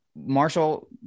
Marshall